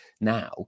now